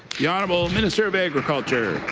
the honourable minister of agriculture.